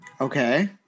Okay